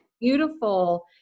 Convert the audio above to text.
beautiful